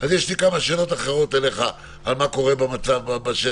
אז יש לי כמה שאלות אחרות אליך על מה שקורה במצב בשטח.